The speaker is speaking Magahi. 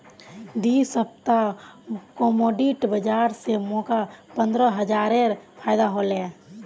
दी सप्ताहत कमोडिटी बाजार स मोक पंद्रह हजारेर फायदा हले